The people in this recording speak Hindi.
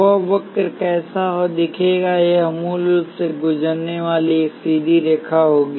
वह वक्र कैसा दिखेगा यह मूल से गुजरने वाली एक सीधी रेखा होगी